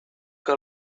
que